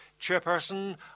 Chairperson